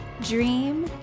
dream